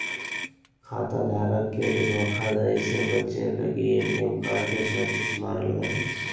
खाता धारक के धोखाधड़ी से बचे लगी ए.टी.एम कार्ड के सुरक्षित मानल गेलय